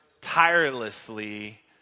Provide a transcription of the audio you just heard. tirelessly